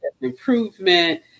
improvement